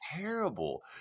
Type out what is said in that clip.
terrible